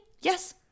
Yes